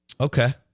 Okay